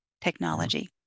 Technology